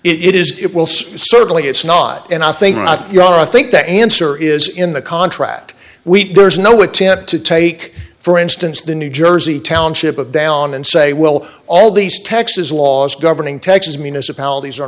it is it will say certainly it's not and i think not you know i think the answer is in the contract week there's no attempt to take for instance the new jersey township of down and say will all these texas laws governing texas municipalities are